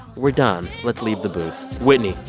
we're done. let's leave the booth. whitney,